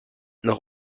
noch